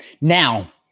now